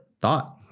thought